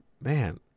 man